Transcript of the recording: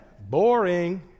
boring